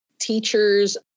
Teachers